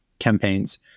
campaigns